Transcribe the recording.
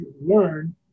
learn